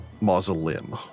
mausoleum